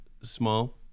small